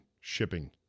shipping